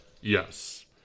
Yes